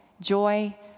Joy